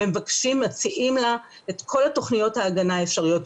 ומציעים לה את כל תוכניות ההגנה האפשריות,